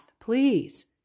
please